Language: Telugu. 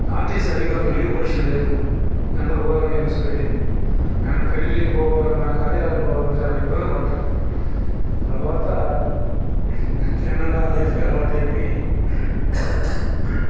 ఆర్టీసీ అధికారులకి లీవ్ పొజిషన్ లేదు గందరగోళంగా హింస పెట్టేది ఏమైనా పెళ్ళిలకి పోవాలన్నా కార్యలకు పోవాలన్నా చాలా ఇబ్బంది పడ్డాం తరువాత చిన్నగా ఆ లైఫ్కి అలవాటు అయిపోయి